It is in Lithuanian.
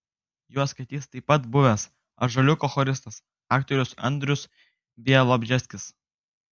juos skaitys taip pat buvęs ąžuoliuko choristas aktorius andrius bialobžeskis